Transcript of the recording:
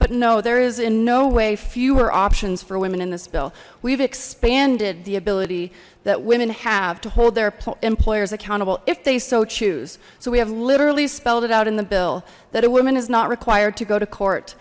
but no there is in no way fewer options for women in this bill we've expanded the ability that women have to hold their employers accountable if they so choose so we have literally spelled it out in the bill that a woman is not required to go to court